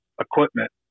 equipment